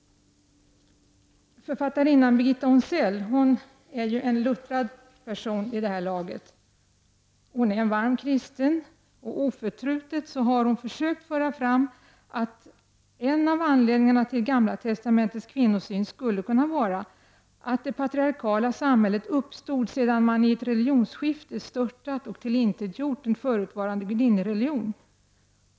Författarinnan Birgitta Onsell är en luttrad person vid det här laget. Hon är en varm kristen. Oförtrutet har hon försökt föra fram att en av anledningarna till Gamla testamentets kvinnosyn skulle kunna vara att det patriarkala samhället uppstod sedan man i ett religionsskifte störtat och tillintetgjort en förutvarande gudinnereligion.